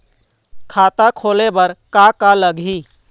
खाता खोले बर का का लगही?